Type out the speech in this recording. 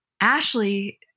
Ashley